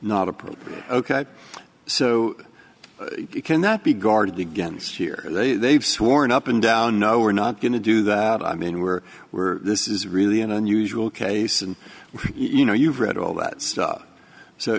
problem ok so you cannot be guarded against here they've sworn up and down no we're not going to do that i mean we're we're this is really an unusual case and you know you've read all that stuff so